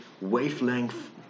wavelength